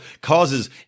causes